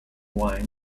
wine